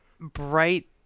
bright